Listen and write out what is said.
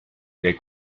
dei